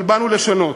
אבל באנו לשנות.